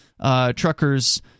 truckers